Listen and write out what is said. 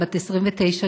בת 29,